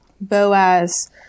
Boaz